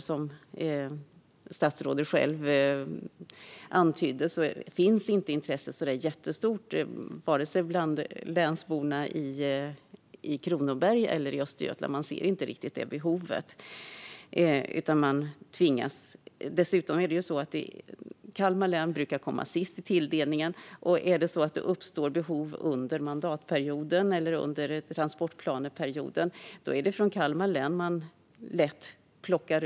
Som statsrådet själv antydde finns inget jättestort intresse bland länsborna vare sig i Kronoberg eller i Östergötland. De ser inte riktigt behovet. Kalmar län brukar dessutom komma sist i tilldelningen, och om det uppstår ett behov under mandatperioden eller under transportplaneperioden blir det lätt så att det är från Kalmar län man plockar bort pengar.